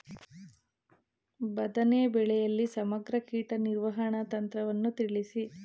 ಬದನೆ ಬೆಳೆಯಲ್ಲಿ ಸಮಗ್ರ ಕೀಟ ನಿರ್ವಹಣಾ ತಂತ್ರವನ್ನು ತಿಳಿಸಿ?